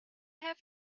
have